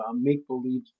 make-believe